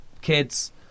kids